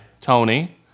Tony